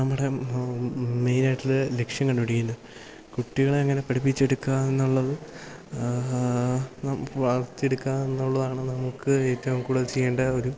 നമ്മുടെ മെയിനായിട്ടുള്ള ലക്ഷ്യം കുട്ടികളെ എങ്ങനെ പഠിപ്പിച്ചെടുക്കാം എന്നുള്ളത് വളർത്തിയെടുക്കുക എന്നുള്ളതാണ് നമുക്ക് ഏറ്റവും കൂടുതൽ ചെയ്യേണ്ട ഒരു